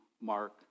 Mark